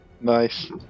nice